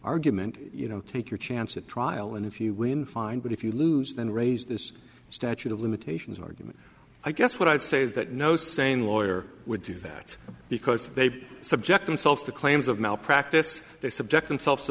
argument you know take your chance at trial and if you win fine but if you lose then raise this statute of limitations argument i guess what i would say is that no sane lawyer would do that because they subject themselves to claims of malpractise they subject themselves to